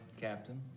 Captain